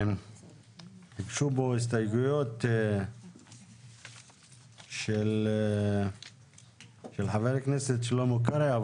הוגשו פה הסתייגויות של חבר הכנסת שלמה קרעי,